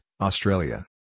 Australia